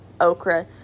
okra